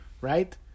right